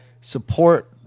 support